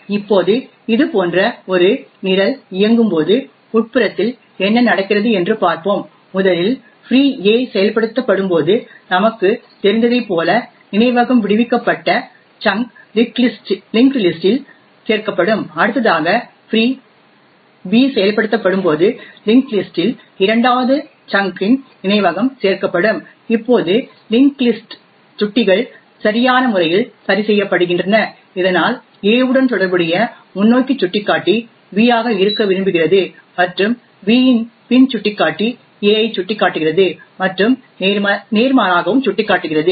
இப்போது இதுபோன்ற ஒரு நிரல் இயங்கும்போது உட்புறத்தில் என்ன நடக்கிறது என்று பார்ப்போம் முதலில் ஃப்ரீ a செயல்படுத்தப்படும்போது நமக்குத் தெரிந்ததைப் போல நினைவகம் விடுவிக்கப்பட்ட சங்க் லிஙஂகஂடஂ லிஸஂடஂ இல் சேர்க்கப்படும் அடுத்ததாக ஃப்ரீ b செயல்படுத்தப்படும்போது லிஙஂகஂடஂ லிஸஂடஂ இல் இரண்டாவது சங்க் இன் நினைவகம் சேர்க்கப்படும் இப்போது லிஙஂகஂ லிஸஂடஂ சுட்டிகள் சரியான முறையில் சரிசெய்யப்படுகின்றன இதனால் a உடன் தொடர்புடைய முன்னோக்கி சுட்டிக்காட்டி b ஆக இருக்க விரும்புகிறது மற்றும் b இன் பின் சுட்டிக்காட்டி a ஐ சுட்டிக்காட்டுகிறது மற்றும் நேர்மாறாகவும் சுட்டிக்காட்டுகிறது